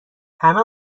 همه